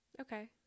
Okay